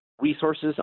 resources